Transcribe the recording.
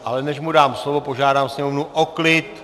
Ale než mu dám slovo, požádám sněmovnu o klid.